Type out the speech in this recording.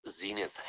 Zenith